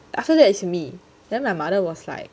after that it's me then my mother was like